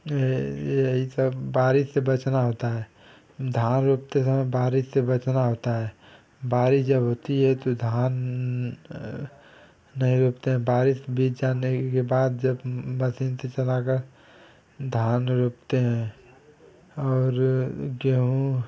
यह सब बारिश से बचना होता है धान रोपते समय बारिश से बचना होता है बारिश जब होती है तो धान नहीं रोपते हैं बारिश बीत जाने के बाद जब मशीन से चलाकर धान रोपते हैं और गेहूँ